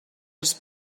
els